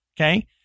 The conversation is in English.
Okay